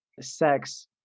sex